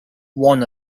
one